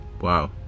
Wow